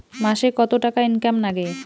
মাসে কত টাকা ইনকাম নাগে?